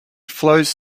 flows